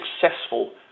successful